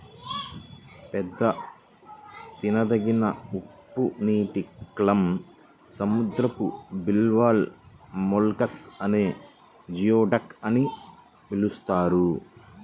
పెద్ద తినదగిన ఉప్పునీటి క్లామ్, సముద్రపు బివాల్వ్ మొలస్క్ నే జియోడక్ అని పిలుస్తారు